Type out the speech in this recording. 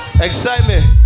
Excitement